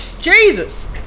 Jesus